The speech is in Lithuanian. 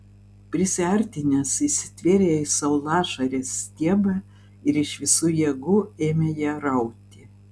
prisiartinęs įsitvėrė į saulašarės stiebą ir iš visų jėgų ėmė ją rauti